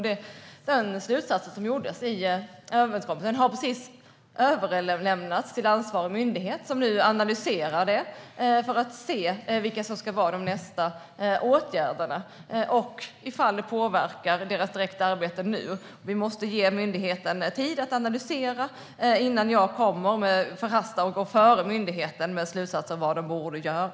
Den slutsats som gjordes i överenskommelsen har precis överlämnats till ansvarig myndighet som nu analyserar den för att se vilka åtgärder som ska vidtas härnäst och om det påverkar myndighetens direkta arbete. Vi måste ge myndigheten tid att analysera detta. Jag ska inte komma med förhastade slutsatser om vad man borde göra.